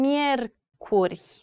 Miercuri